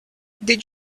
did